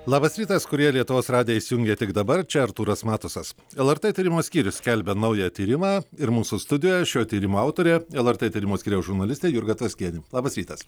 labas rytas kurie lietuvos radiją įsijungia tik dabar čia artūras matusas lrt tyrimų skyrius skelbia naują tyrimą ir mūsų studijoj šio tyrimo autorė lrt tyrimų skyriaus žurnalistė jurga tvaskienė labas rytas